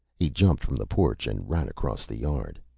he jumped from the porch and ran across the yard.